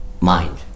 mind